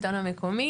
המקומי.